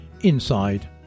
Inside